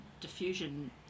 diffusion